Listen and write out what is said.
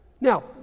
Now